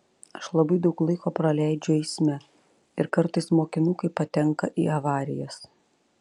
aš labai daug laiko praleidžiu eisme ir kartais mokinukai patenka į avarijas